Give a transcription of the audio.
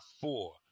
four